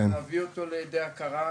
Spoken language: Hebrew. להביא אותו לידי הכרה.